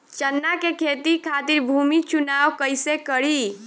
चना के खेती खातिर भूमी चुनाव कईसे करी?